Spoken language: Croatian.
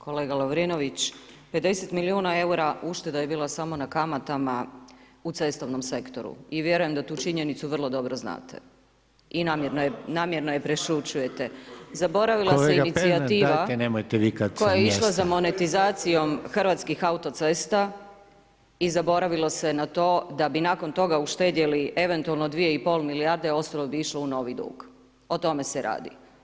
Kolega Lovrinović, 50 milijuna eura ušteda je bila samo na kamatama u cestovnom sektoru i vjerujem da tu činjenicu vrlo dobro znate i namjerno je prešućujete … [[Govornici govore u isto vrijeme, ne razumije se.]] koje je išlo za monetizacijom Hrvatskih autocesta i zaboravilo se na to da bi nakon toga uštedjeli eventualno 2,5 milijarde, ostalo bi išlo u novi dug, o tome se radi.